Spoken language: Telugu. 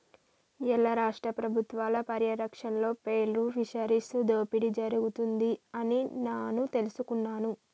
ఇయ్యాల రాష్ట్ర పబుత్వాల పర్యారక్షణలో పేర్ల్ ఫిషరీస్ దోపిడి జరుగుతుంది అని నాను తెలుసుకున్నాను